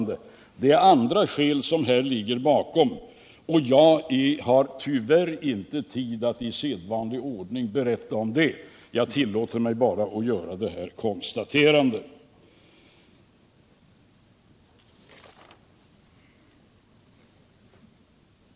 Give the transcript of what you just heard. Det är andra skäl som ligger bakom detta, och jag har tyvärr inte tid att i sedvanlig ordning berätta om det. Jag tillåter mig bara att göra detta konstaterande.